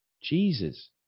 Jesus